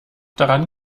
daran